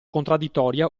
contraddittoria